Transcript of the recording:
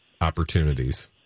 opportunities